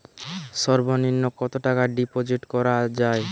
সর্ব নিম্ন কতটাকা ডিপোজিট করা য়ায়?